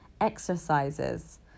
exercises